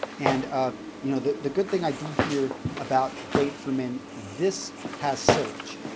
and you know, the the good thing i do hear about date for men, this has sillage.